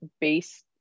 based